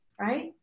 right